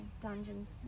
dungeons